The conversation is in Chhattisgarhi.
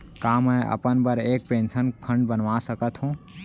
का मैं अपन बर एक पेंशन फण्ड बनवा सकत हो?